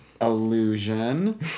Illusion